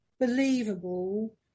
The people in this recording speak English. believable